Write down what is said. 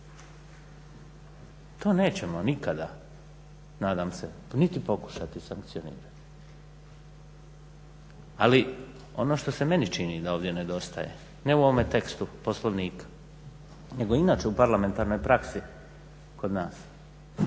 To nećemo nikada nadam se niti pokušati sankcionirati. Ali ono što se meni čini da ovdje nedostaje, ne u ovome tekstu Poslovnika nego inače u parlamentarnoj praksi kod nas